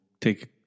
take